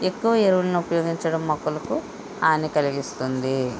ఎక్కువ ఎరువులను ఉపయోగించడం మొక్కలకు హాని కలిగిస్తుంది